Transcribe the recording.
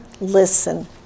listen